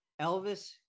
Elvis